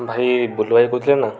ଭାଇ ବୁଲୁ ଭାଇ କହୁଥିଲେ ନାଁ